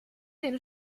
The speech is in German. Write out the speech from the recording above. den